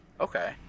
Okay